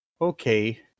okay